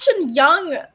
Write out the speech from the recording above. Young